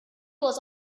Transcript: was